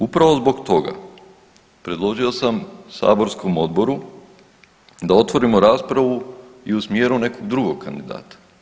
Upravo zbog toga predložio sam saborskom Odboru da otvorimo raspravu i u smjeru nekog drugog kandidata.